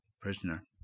prisoner